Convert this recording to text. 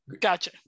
Gotcha